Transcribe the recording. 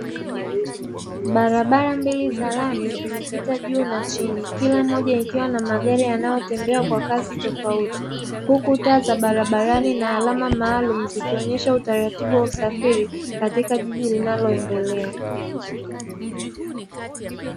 Barabara mbili za lami zimepita juu na chini, kila moja ikiwa na magari yanayotembea kwa kasi tofauti. Huku taa za barabarani na alama maalumu zikionyesha utaratibu wa usafiri katika jiji linaloendelea.